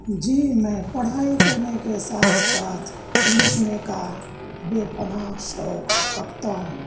جی میں پڑھائی کرنے کے ساتھ ساتھ لکھنے کا بے پناہ شوق رکھتا ہوں